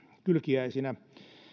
kylkiäisinä